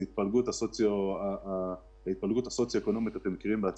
ואתם מכירים את ההתפלגות הסוציו אקונומית בעצמכם.